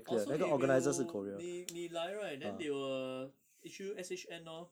orh so if you 你你来 right then they will issue S_H_N lor